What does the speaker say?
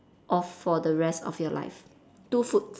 off for the rest of your life two foods